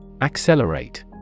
Accelerate